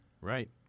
Right